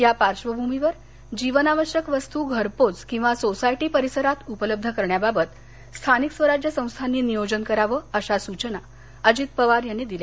या पार्श्वभूमीवर जीवनावश्यक वस्तू घरपोच किंवा सोसायटी परिसरात उपलब्ध करण्याबाबत स्थानिक स्वराज संस्थांनी नियोजन करावे अशा सूचना अजित पवार यांनी दिल्या